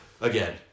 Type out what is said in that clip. Again